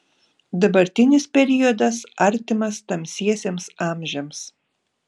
dabartinis periodas artimas tamsiesiems amžiams